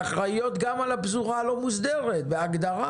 והן אחראיות גם על הפזורה הלא מוסדרת, זה בהגדרה.